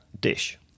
dish